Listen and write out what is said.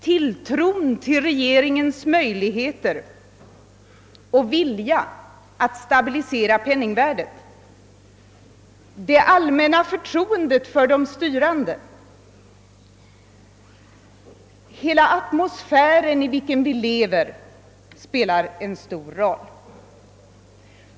Tilltron till regeringens möjligheter och vilja att stabilisera penningvärdet, det allmänna förtroendet för de styrande, hela den atmosfär i vilken vi lever spelar en stor roll.